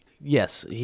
yes